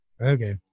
Okay